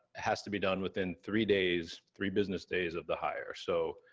has to be done within three days, three business days, of the hire. so,